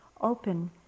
open